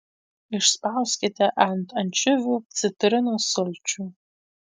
išspauskite ant ančiuvių citrinos sulčių